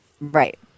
Right